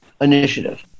Initiative